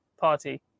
party